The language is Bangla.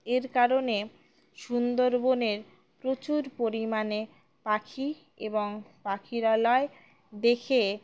এর কারণে সুন্দরবনের প্রচুর পরিমাণে পাখি এবং পাখিরালয় দেখে